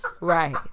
Right